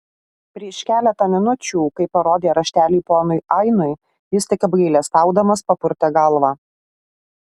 prieš keletą minučių kai parodė raštelį ponui ainui jis tik apgailestaudamas papurtė galvą